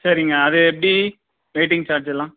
சரிங்க அது எப்படி வெயிட்டிங் சார்ஜெல்லாம்